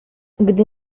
gdy